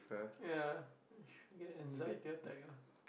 ya get anxiety attack ah